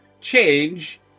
change